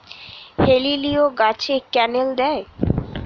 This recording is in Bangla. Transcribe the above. হেলিলিও গাছে ক্যানেল দেয়?